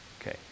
okay